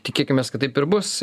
tikėkimės kad taip ir bus